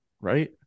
right